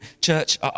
church